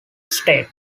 state